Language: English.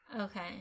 okay